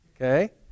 okay